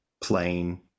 plain